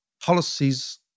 policies